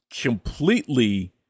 completely